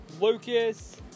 Lucas